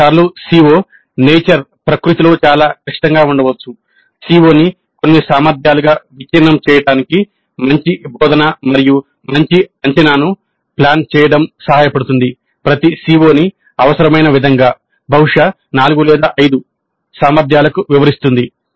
కొన్నిసార్లు CO ప్రకృతి సామర్థ్యాలకు వివరిస్తుంది